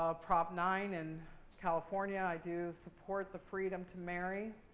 ah prop nine in california, i do support the freedom to marry.